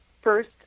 first